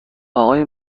آقای